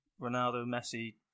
Ronaldo-Messi